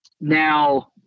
Now